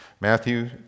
Matthew